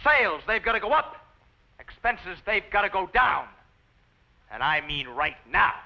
sales they've got a lot expenses they've got to go down and i mean right now